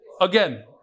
again